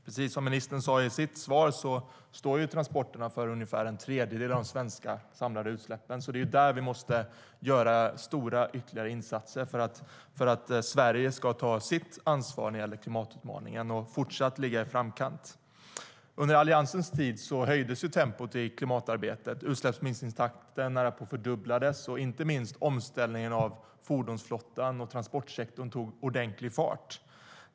Precis som ministern sa i sitt svar står transporterna för ungefär en tredjedel av de samlade svenska utsläppen, så här måste Sverige göra ytterligare stora insatser för att ta sitt ansvar i klimatutmaningen och fortsätta att ligga i framkant. Under Alliansens tid höjdes tempot i klimatarbetet. Utsläppsminskningstakten närapå fördubblades. Inte minst omställningen av fordonsflottan och transportsektorn tog ordentlig fart.